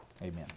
amen